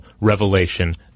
revelation